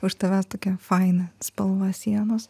už tavęs tokia faina spalva sienos